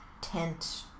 tent